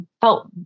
felt